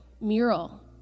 mural